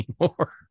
anymore